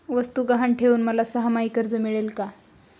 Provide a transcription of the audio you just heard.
वस्तू गहाण ठेवून मला सहामाही कर्ज मिळेल का?